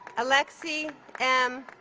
alexi m.